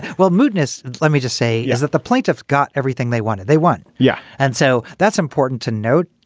well, muteness, let me just say is that the plaintiffs got everything they wanted. they won. yeah. and so that's important to note.